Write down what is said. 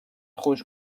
خوش